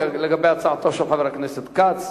לגבי הצעתו של חבר הכנסת כץ.